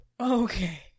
Okay